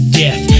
death